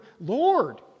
Lord